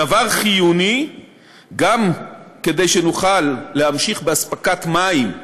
הדבר חיוני גם כדי שנוכל להמשיך באספקת מים,